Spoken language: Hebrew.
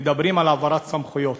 מדברים על העברת סמכויות.